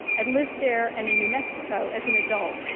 and lived there and in new mexico as an adult.